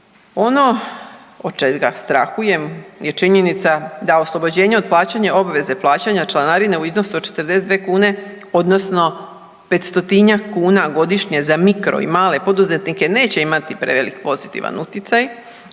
Ono od čega strahujem je činjenica da oslobođenje od plaćanja obveze plaćanja članarine u iznosu od 42 kune odnosno 500-njak kuna godišnje za mikro i male poduzetnike neće imati prevelik pozitivan utjecaj